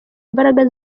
imbaraga